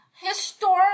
Historical